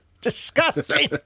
disgusting